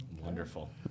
Wonderful